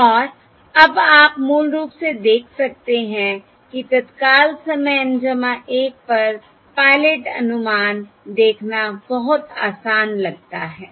और अब आप मूल रूप से देख सकते हैं कि तत्काल समय N 1 पर पायलट अनुमान देखना बहुत आसान लगता है